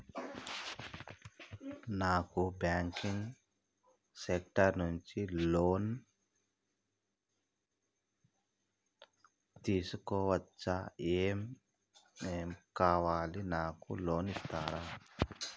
నాకు banking sector నుంచి loan తీసుకోవచ్చా? ఏమేం కావాలి? నాకు లోన్ ఇస్తారా?